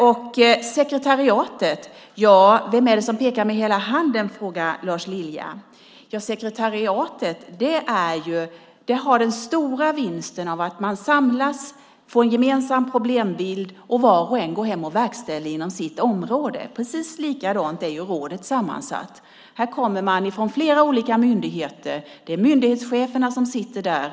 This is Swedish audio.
När det gäller sekretariatet frågar Lars Lilja vem det är som pekar med hela handen. Den stora vinsten med sekretariatet är att man samlas och får en gemensam problembild. Sedan går var och en hem och verkställer inom sitt område. På samma sätt är rådet sammansatt. Man kommer från flera olika myndigheter. Det är myndighetscheferna som sitter där.